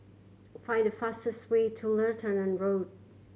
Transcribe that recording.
find the fastest way to Lutheran Road